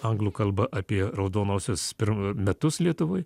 anglų kalba apie raudonosios pirmu metus lietuvoj